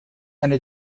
eine